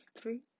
Three